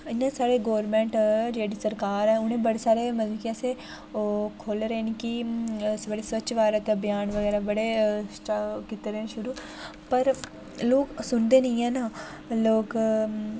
इ'यां साढ़ी गौरमेंट ऐ जेह्ड़ी सरकार ऐ उ'नें बड़े सारे मतलब की असें ओह् सारे खोले दे न कि असें बडे़ स्वच्छ भारत अभियान बगैरा बडे़ ओह् कीते दे न शुरु पर लोक सुनदे निं हैन लोक